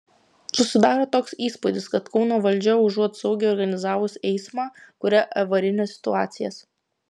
susidaro toks įspūdis kad kauno valdžia užuot saugiai organizavus eismą kuria avarines situacijas